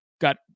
got